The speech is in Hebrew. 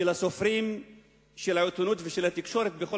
של הסופרים של העיתונות ושל התקשורת בכל